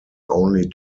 only